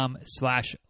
slash